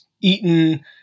eaten